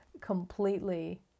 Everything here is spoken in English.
completely